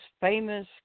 famous